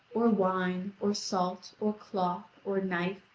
or wine, or salt, or cloth, or knife,